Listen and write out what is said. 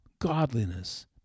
godliness